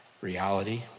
reality